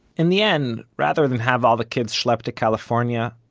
in the end, rather than have all the kids schlep to california,